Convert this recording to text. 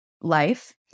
life